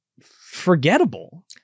forgettable